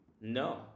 No